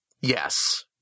Yes